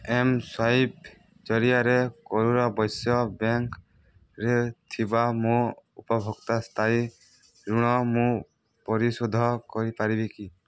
M swipe ଜରିଆରେ କରୂର ବୈଶ୍ୟ ବ୍ୟାଙ୍କ୍ରେ ଥିବା ମୋ ଉପଭୋକ୍ତା ସ୍ଥାୟୀ ଋଣ ମୁଁ ପରିଶୋଧ କରିପାରିବି କି